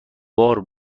بار